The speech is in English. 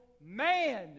man